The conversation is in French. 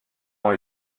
ont